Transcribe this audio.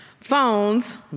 phones